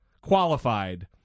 qualified